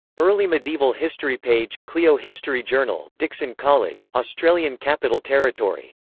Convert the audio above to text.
early medieval history page, clio history journal, dickson college, australian capital territory.